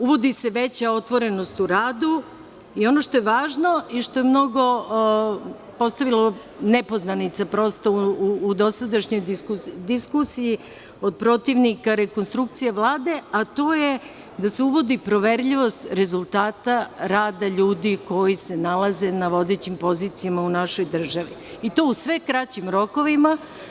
Uvodi se veća otvorenost u radu i ono što je važno i što je mnogo postavilo nepoznanica u dosadašnjoj diskusiji od protivnika rekonstrukcije Vlade, a to je da se uvodi poverljivost rezultata rada ljudi koji se nalaze na vodećim pozicijama u našoj državi i tu u sve kraćim rokovima.